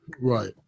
Right